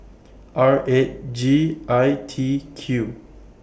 R eight G I T Q